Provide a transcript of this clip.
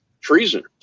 treason